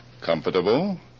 comfortable